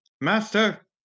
Master